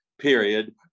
period